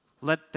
Let